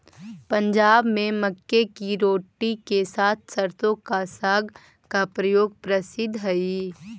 पंजाब में मक्के की रोटी के साथ सरसों का साग का प्रयोग प्रसिद्ध हई